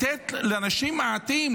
אנשים מעטים,